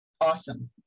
awesome